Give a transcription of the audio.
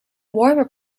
warmer